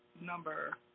number